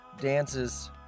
Dances